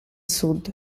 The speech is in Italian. sud